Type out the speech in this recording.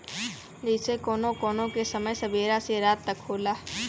जइसे कउनो कउनो के समय सबेरा से रात तक क होला